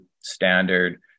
standard